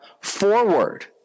forward